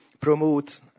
promote